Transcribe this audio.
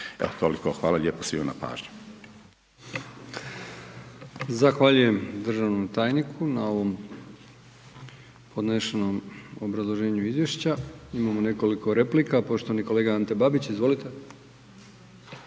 hvala lijepo svima na pažnji.